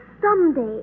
someday